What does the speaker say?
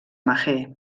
mahé